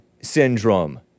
syndrome